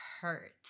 hurt